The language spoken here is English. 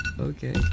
Okay